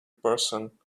person